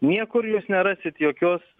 niekur jūs nerasit jokios